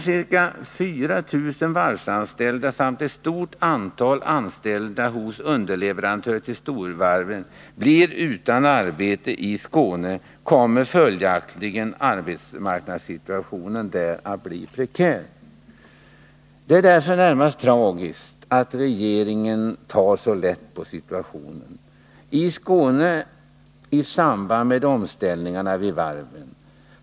När ca 4000 varvsanställda samt ett stort anställda hos underleverantörer till storvarven blir utan arbete i Skåne kommer följaktligen arbetsmarknadssituationen där att bli prekär. Det är därför närmast tragiskt att regeringen tar så lätt på situationen i Skåne i samband med omställningarna vid varven.